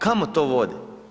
Kamo to vodi?